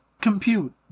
Compute